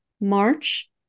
March